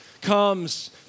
comes